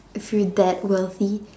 if you're that wealthy